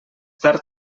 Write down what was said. tard